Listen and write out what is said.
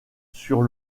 sur